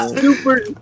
Super